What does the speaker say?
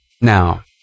Now